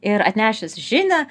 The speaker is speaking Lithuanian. ir atnešęs žinią